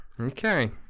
Okay